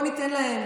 בואו ניתן להם,